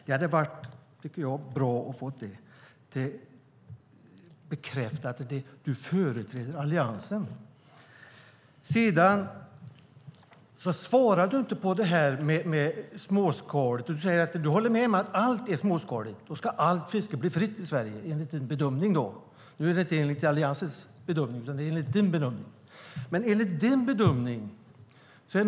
Det hade varit bra att få det bekräftat att du företräder Alliansen, Rune Wikström. Du svarar inte på det här med det småskaliga fisket. Du säger att du håller med om att allt är småskaligt. Då ska allt fiske bli fritt i Sverige, enligt din bedömning, som visserligen inte är Alliansens bedömning.